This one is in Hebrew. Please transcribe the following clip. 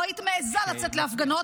לא היית מעיזה לצאת להפגנות,